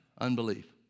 unbelief